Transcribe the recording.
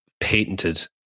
patented